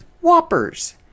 Whoppers